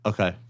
Okay